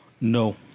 No